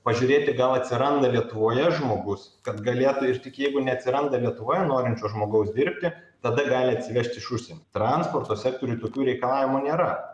pažiūrėti gal atsiranda lietuvoje žmogus kad galėtų ir tik jeigu neatsiranda lietuvoje norinčio žmogaus dirbti tada gali atsivežt iš užsienio transporto sektoriuj tokių reikalavimų nėra